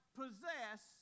possess